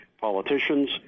politicians